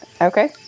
Okay